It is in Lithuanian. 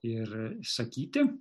ir sakyti